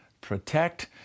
protect